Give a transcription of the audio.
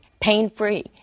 pain-free